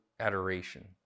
adoration